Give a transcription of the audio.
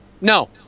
No